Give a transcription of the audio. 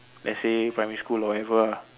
let's say primary school or whatever lah